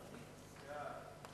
להוסיף,